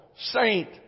saint